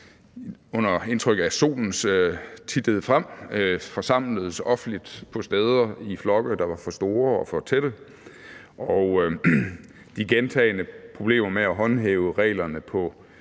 under indtryk af, at solen tittede frem, forsamledes offentligt på steder og i flokke, der var for store og for tætte. De gentagne problemer med at håndhæve reglerne på